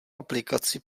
aplikaci